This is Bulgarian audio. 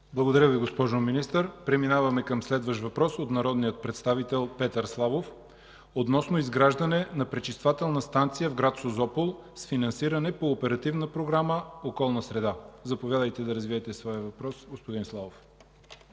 Благодаря Ви, госпожо Министър. Преминаваме към следващ въпрос от народния представител Петър Славов относно изграждане на пречиствателна станция в гр. Созопол с финансиране по Оперативна програма „Околна среда“. Заповядайте да развиете своя въпрос, господин Славов.